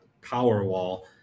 Powerwall